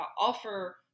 offer